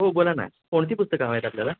हो बोला ना कोणती पुस्तकं हवी आहेत आपल्याला